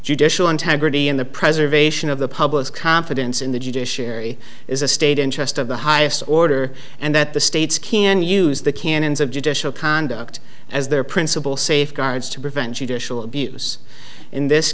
judicial integrity in the preservation of the public's confidence in the judiciary is a state interest of the highest order and that the states can use the canons of judicial conduct as their principal safeguards to prevent judicial abuse in this